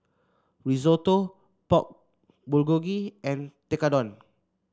Risotto Pork Bulgogi and Tekkadon